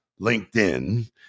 LinkedIn